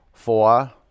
Four